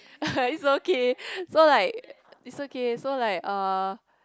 it's okay so like it's okay so like uh